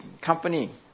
company